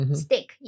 stick